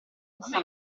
questa